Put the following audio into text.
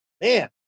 man